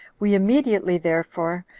we immediately, therefore,